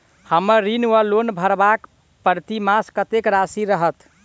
हम्मर ऋण वा लोन भरबाक प्रतिमास कत्तेक राशि रहत?